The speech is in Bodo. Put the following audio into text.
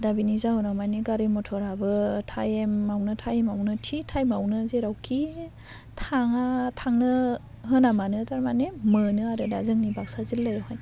दा बेनि जाहोनाव मानि गारि मटराबो टाइमावनो टाइमावनो थि टाइमावनो जेरावखि थाङा थांनो होना मानो आरो थारमाने मोनो आरो दा जोंनि बाक्सा जिल्लायावहाय